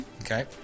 Okay